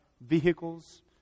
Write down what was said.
vehicles